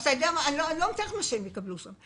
אני לא מתארת לעצמי מה הם יקבלו שם.